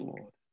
Lord